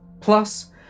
Plus